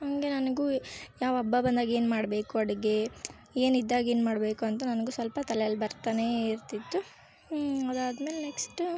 ಹಾಗೆ ನನಗೂ ಯಾವ ಹಬ್ಬ ಬಂದಾಗ ಏನು ಮಾಡಬೇಕು ಅಡುಗೆ ಏನು ಇದ್ದಾಗ ಏನು ಮಾಡಬೇಕು ಅಂತ ನನ್ಗೂ ಸ್ವಲ್ಪ ತಲೆಯಲ್ಲಿ ಬರ್ತಲೇ ಇರ್ತಿತ್ತು ಅದಾದ ಮೇಲೆ ನೆಕ್ಸ್ಟು